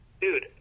Dude